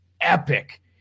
epic